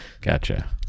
gotcha